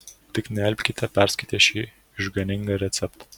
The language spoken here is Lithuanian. tik nealpkite perskaitę šį išganingą receptą